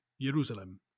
Jerusalem